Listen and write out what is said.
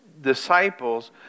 disciples